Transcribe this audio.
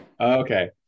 okay